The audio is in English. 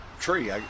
tree